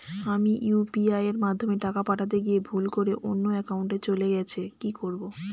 আমি ইউ.পি.আই মাধ্যমে টাকা পাঠাতে গিয়ে ভুল করে অন্য একাউন্টে চলে গেছে কি করব?